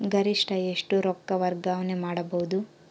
ಗರಿಷ್ಠ ಎಷ್ಟು ರೊಕ್ಕ ವರ್ಗಾವಣೆ ಮಾಡಬಹುದು?